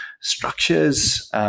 structures